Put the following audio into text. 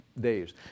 days